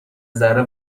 ذره